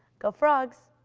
go frogs!